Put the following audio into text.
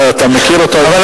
אתה מכיר אותו היטב.